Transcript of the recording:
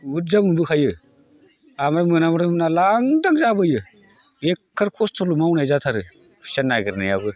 बुरजा मोनबोखायो ओमफ्राय मोनाब्लाथाय मोना लांदां जाबोयो बेखार खस्थ' ल' मावनाय जाथारो खुसिया नागिरनायाबो